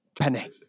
Penny